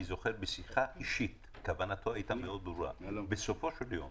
בשיחה אישית בינינו כוונתו הייתה מאוד ברורה: בסופו של יום